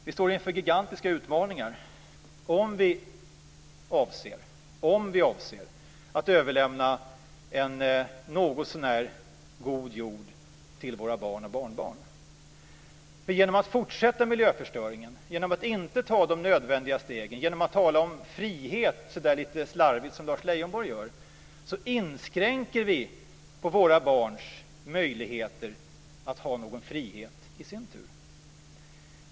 Vi står inför gigantiska utmaningar om vi avser att överlämna en någotsånär god jord till våra barn och barnbarn. Genom att fortsätta miljöförstöringen, genom att inte ta de nödvändiga stegen, genom att tala om frihet lite slarvigt, som Lars Leijonborg gör, inskränker vi våra barns möjligheter att ha någon frihet i sin tur.